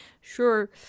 sure